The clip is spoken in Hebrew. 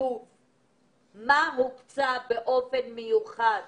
מה הוקצה באופן מיוחד